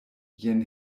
jen